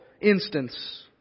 instance